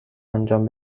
انجام